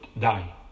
die